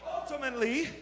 Ultimately